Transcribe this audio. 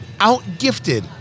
Outgifted